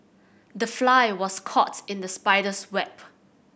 the fly was caught in the spider's web